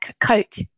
coat